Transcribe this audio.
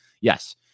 Yes